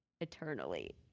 eternally